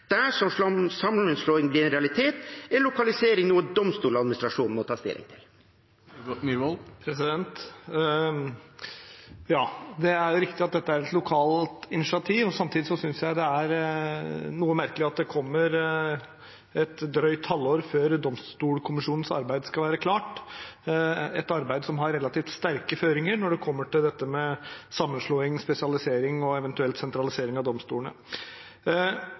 sammenslåing blir en realitet, er lokalisering noe Domstoladministrasjonen må ta stilling til. Det er riktig at dette er et lokalt initiativ. Samtidig synes jeg at det er noe merkelig at det kommer et drøyt halvår før Domstolkommisjonens arbeid skal være klart, et arbeid som har relativt sterke føringer når det gjelder dette med sammenslåing, spesialisering og eventuelt sentralisering av domstolene.